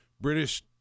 British